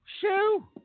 Shoo